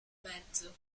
mezzo